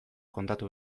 kontatu